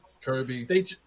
Kirby